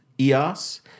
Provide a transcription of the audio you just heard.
EOS